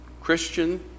Christian